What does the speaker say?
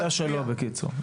זו העמדה שלו, בקיצור.